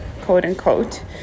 quote-unquote